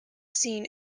scene